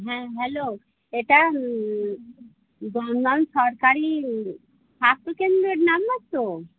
হ্যাঁ হ্যালো এটা বাঙাল সরকারি স্বাস্থ্যকেন্দ্রের নম্বর তো